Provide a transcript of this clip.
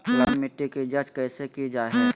लवन मिट्टी की जच कैसे की जय है?